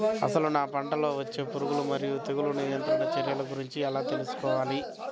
అసలు నా పంటలో వచ్చే పురుగులు మరియు తెగులుల నియంత్రణ చర్యల గురించి ఎలా తెలుసుకోవాలి?